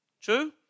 True